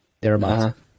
thereabouts